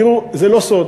תראו, זה לא סוד.